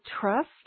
trust